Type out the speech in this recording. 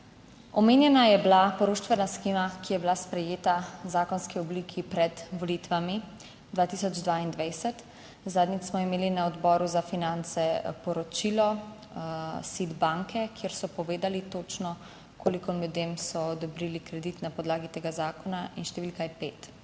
Omenjena je bila poroštvena shema, ki je bila sprejeta v zakonski obliki pred volitvami 2022, zadnjič smo imeli na Odboru za finance poročilo SID banke, kjer so povedali točno koliko ljudem so odobrili kredit na podlagi tega zakona in številka je pet